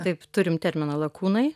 taip turim terminą lakūnai